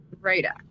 radar